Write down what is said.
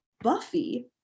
Buffy